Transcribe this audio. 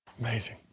Amazing